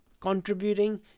contributing